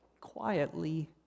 quietly